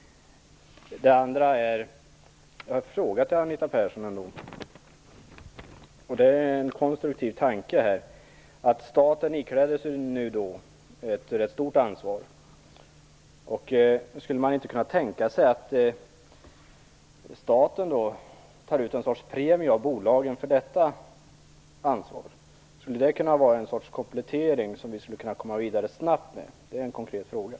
Min nästa fråga till Anita Persson bygger på en konstruktiv tanke. Staten ikläder sig nu ett rätt stort ansvar. Skulle man inte kunna tänka sig att staten tar ut en sorts premie av bolagen för detta ansvar? Skulle det kunna vara en sorts komplettering som vi skulle kunna komma vidare med snabbt? Det är konkreta frågor.